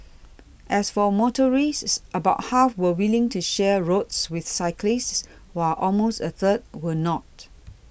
as for motorists about half were willing to share roads with cyclists while almost a third were not